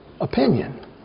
opinion